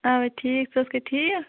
اوے ٹھیٖک ژٕ ٲسکھے ٹھیٖک